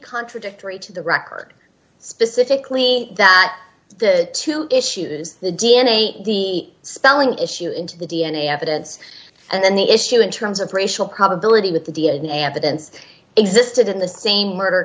contradictory to the record specifically that the two issues the d n a the spelling issue into the d n a evidence and then the issue in terms of racial probability with the d n a evidence existed in the same murder